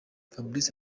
fabrice